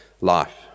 life